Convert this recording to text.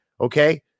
okay